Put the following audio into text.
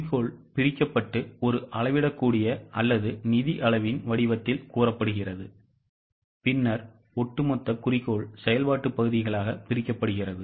குறிக்கோள் பிரிக்கப்பட்டு ஒரு அளவிடக்கூடிய அல்லது நிதி அளவின் வடிவத்தில் கூறப்படுகிறது பின்னர் ஒட்டுமொத்த குறிக்கோள் செயல்பாட்டு பகுதிகளாக பிரிக்கப்படுகிறது